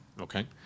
Okay